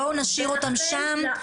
בואו נשאיר אותם שם,